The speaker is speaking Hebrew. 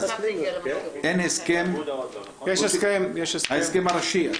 אז אין הסכם --- יש הסכם --- ההסכם הראשי?